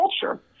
culture